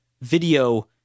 video